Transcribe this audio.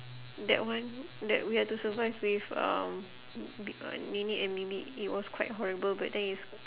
that one that we had to survive with um b~ uh nenek and bibik it was quite horrible but then it's